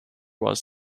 was